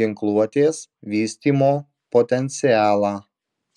ginkluotės vystymo potencialą